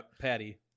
Patty